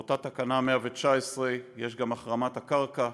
באותה תקנה 119 יש גם החרמת הקרקע,